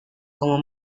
como